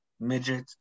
midget